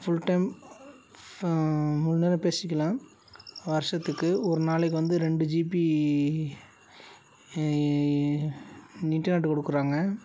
full time முழு நேரம் பேசிக்கலாம் வருஷத்துக்கு ஒரு நாளைக்கு வந்து ரெண்டு ஜிபி இ இ இன்டர்நெட்டு கொடுக்குறாங்க